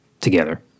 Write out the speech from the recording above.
together